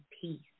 peace